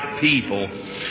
people